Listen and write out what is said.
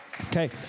Okay